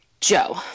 Joe